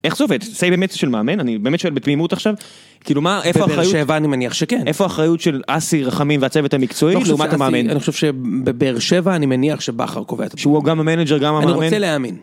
איך זה עובד? סיי באמת זה של מאמן? אני באמת שואל בתמימות עכשיו. כאילו מה, איפה האחריות... בבאר שבע אני מניח שכן. איפה האחריות של אסי רחמים והצוות המקצועי לעומת המאמן? אני חושב שבבאר שבע אני מניח שבכר קובע את זה. שהוא גם המנג'ר, גם המאמן. אני רוצה להאמין.